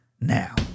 now